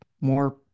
more